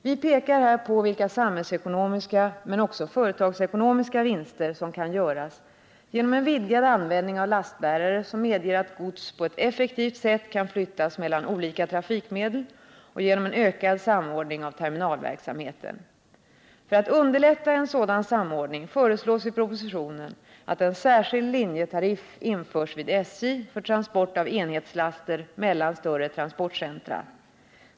Vi pekar här på vilka samhällsekonomiska men också företagsekonomiska vinster som kan göras genom en vidgad användning av lastbärare som medger att gods på ett effektivt sätt kan flyttas mellan olika trafikmedel och genom en ökad samordning av terminalverksamheten. För att underlätta en sådan samordning föreslås i propositionen att en särskild linjetariff införs vid SJ för transport av enhetslaster mellan större transportcentra.